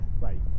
Right